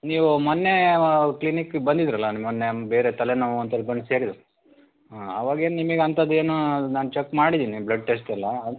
ನೀವು ಮೊನ್ನೆ ಕ್ಲಿನಿಕ್ಕಿಗೆ ಬಂದಿದ್ರಲ್ಲ ಮೊನ್ನೆ ಬೇರೆ ತಲೆನೋವು ಅಂತೇಳಿ ಬಂದು ಸೇರಿದ ಹಾಂ ಆವಾಗೇನು ನಿಮಗೆ ಅಂಥದ್ದೇನು ನಾನು ಚೆಕ್ ಮಾಡಿದ್ದೀನಿ ಬ್ಲಡ್ ಟೆಸ್ಟೆಲ್ಲ